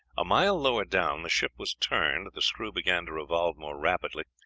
a mile lower down the ship was turned, the screw began to revolve more rapidly,